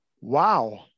wow